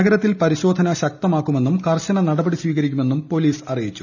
നഗരത്തിൽ പരിശോധനകൾ ശക്തമാക്കുമെന്നും കർശന നടപടി സ്വീകരിക്കുമെന്നും പോലീസ് അറിയിച്ചു